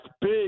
big